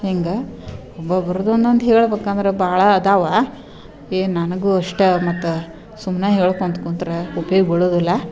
ಹಿಂಗೆ ಒಬ್ಬೊಬ್ರುದ್ದು ಒಂದೊಂದು ಹೇಳ್ಬೇಕು ಅಂದ್ರೆ ಭಾಳ ಅದಾವೆ ಏ ನನಗು ಅಷ್ಟೆ ಮತ್ತೆ ಸುಮ್ಮನೆ ಹೇಳ್ಕೊಂತ ಕುಂತರೆ ಉಪ್ಯೋಗ ಬೀಳೋದಿಲ್ಲ